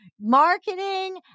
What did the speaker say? Marketing